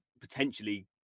potentially